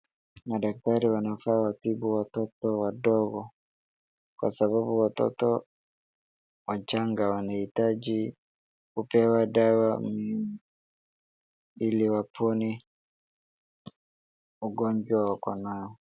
Madaktari wanafaa watibu watoto wadogo kwa sababu watoto wachanga wanahitaji kupewa dawa mwilini ili wapone ugonjwa wakonao.